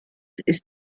ist